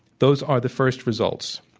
those are the first results.